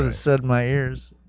ah said myers